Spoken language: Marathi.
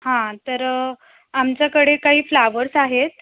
हां तर आमच्याकडे काही फ्लॉवर्स आहेत